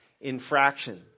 infraction